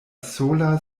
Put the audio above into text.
sola